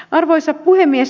arvoisa puhemies